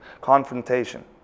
confrontation